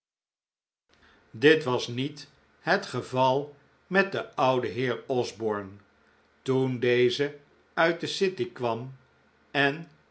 dit was niet het geval met den ouden heer osborne toen deze uit de city kwam en